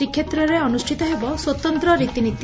ଶ୍ରୀକ୍ଷେତ୍ରରେ ଅନୁଷ୍ଠିତ ହେବ ସ୍ୱତନ୍ତ ରୀତିନୀତି